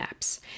apps